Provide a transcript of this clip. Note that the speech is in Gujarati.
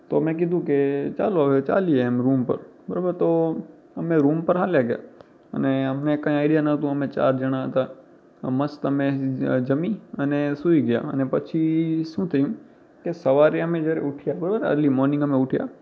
તો મેં કીધું કે ચાલો હવે ચાલીએ એમ રૂમ પર બરાબર તો અમે રૂમ પર ચાલ્યા ગયા અને અમને કંઈ આઇડિયા ન હતું અમે ચાર જણા હતા મસ્ત અમે જમી અને સૂઈ ગયા અને પછી શું થયું કે સવારે અમે જયારે ઉઠ્યા બરાબર અર્લી મૉર્નિંગ અમે ઉઠયા